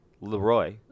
Leroy